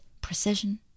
precision